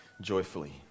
joyfully